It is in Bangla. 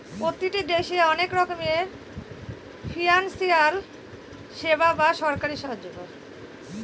প্রতিটি দেশে অনেক রকমের ফিনান্সিয়াল সেবা আর সরকারি সাহায্য পায়